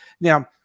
Now